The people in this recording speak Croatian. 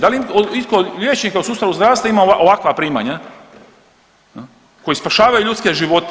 Da li itko od liječnika u sustavu zdravstva ima ovakva primanja koji spašavaju ljudske živote?